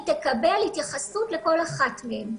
היא תקבל התייחסות לכל אחת מהן.